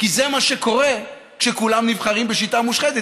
כי זה מה שקורה כשכולם נבחרים בשיטה מושחתת,